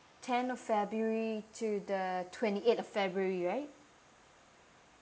tenth of february to the twenty eighth february right